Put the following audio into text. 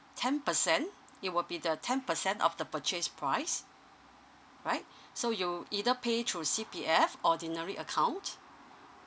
ten percent it will be the ten percent of the purchase price right so you either pay through C_P_F ordinary account